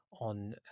on